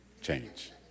change